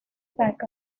pack